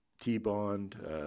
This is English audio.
T-bond